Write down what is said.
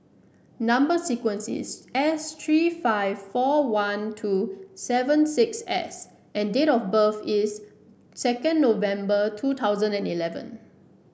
number sequence is S three five four one two seven six S and date of birth is second November two thousand and eleven